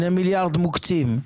2 מיליארד מוקצים.